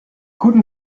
guten